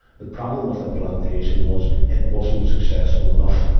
the problem with the plantation was it wasn't successful enough.